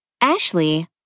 Ashley